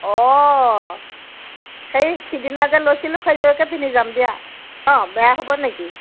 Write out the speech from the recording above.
অঁ সেই সিদিনা যে লৈছিলোঁ সেইযোৰকে পিন্ধি যাম দিয়া অঁ বেয়া হ'ব নেকি